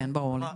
כן, ברור לי.